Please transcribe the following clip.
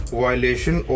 violation